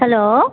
hello